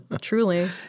Truly